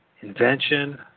invention